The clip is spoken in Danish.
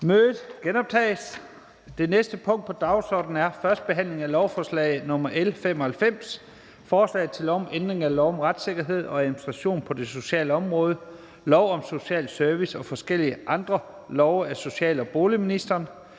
(Kl. 15:49). --- Det næste punkt på dagsordenen er: 6) 1. behandling af lovforslag nr. L 95: Forslag til lov om ændring af lov om retssikkerhed og administration på det sociale område, lov om social service og forskellige andre love. (Handlekommune